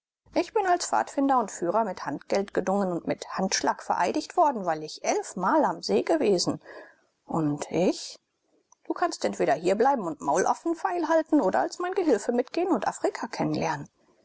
ich bin als pfadfinder und führer mit handgeld gedungen und mit handschlag vereidigt worden weil ich elfmal am see gewesen und ich du kannst entweder hier bleiben und maulaffen feilhalten oder als mein gehilfe mitgehen und afrika